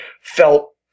felt